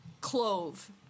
clove